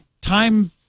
time